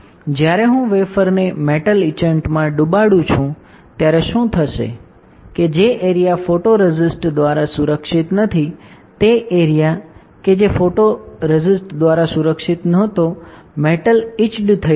જ્યારે હું વેફરને મેટલ ઇચેન્ટમાં ડૂબાવુ છું ત્યારે શું થશે કે જે એરિયા ફોટોરેસિસ્ટ દ્વારા સુરક્ષિત નથી તે એરિયા કે જે ફોટોરેસિસ્ટ દ્વારા સુરક્ષિત નથી મેટલ ઇચેડ્ થઈ જશે